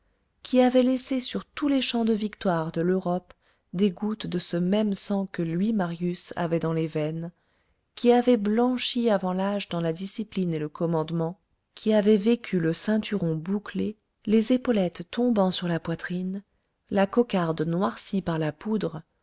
qui avait laissé sur tous les champs de victoire de l'europe des gouttes de ce même sang que lui marius avait dans les veines qui avait blanchi avant l'âge dans la discipline et le commandement qui avait vécu le ceinturon bouclé les épaulettes tombant sur la poitrine la cocarde noircie par la poudre